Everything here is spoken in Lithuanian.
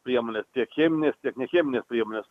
priemonės tiek cheminės tiek necheminės priemonės